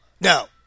no